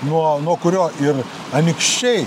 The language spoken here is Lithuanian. nuo nuo kurio ir anykščiai